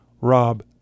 Rob